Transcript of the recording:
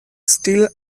still